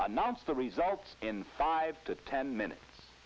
announce the results in five to ten minutes